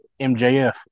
MJF